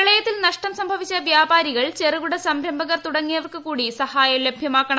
പ്രളയത്തിൽ നഷ്ടം സംഭവിച്ച വ്യാപാരികൾ ചെറുകിട സംരംഭകർ തുടങ്ങിയവർക്കു കൂടി സഹായം ലഭ്യമാക്കണം